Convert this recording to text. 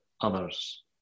others